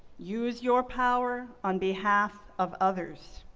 use your power on behalf of others.